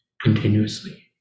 continuously